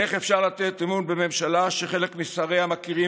איך אפשר לתת אמון בממשלה שחלק משריה מכירים